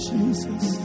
Jesus